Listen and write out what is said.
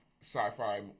sci-fi